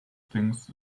things